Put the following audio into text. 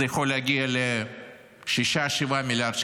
זה יכול להגיע ל-6 7 מיליארד שקלים.